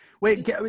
wait